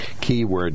keyword